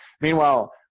meanwhile